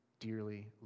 dearly